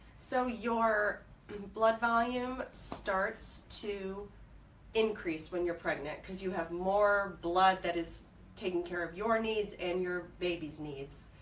so your blood volume starts to increase when you're pregnant because you have more blood that is taking care of your needs and your baby's needs